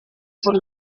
por